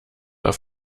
auf